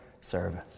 service